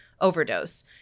overdose